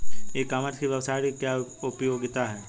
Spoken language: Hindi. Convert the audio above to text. ई कॉमर्स की वेबसाइट की क्या उपयोगिता है?